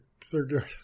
third